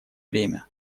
время